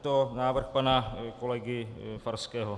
Je to návrh pana kolegy Farského.